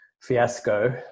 fiasco